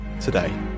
today